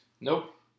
Nope